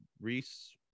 Reese